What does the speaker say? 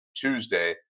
Tuesday